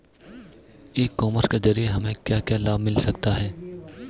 ई commerce के ज़रिए हमें क्या क्या लाभ मिल सकता है?